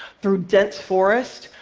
through dense forest,